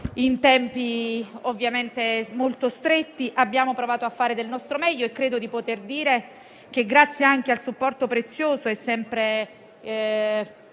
in tempi molto stretti. Abbiamo provato a fare del nostro meglio e credo di poter dire che, grazie anche al supporto prezioso e sempre